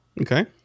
okay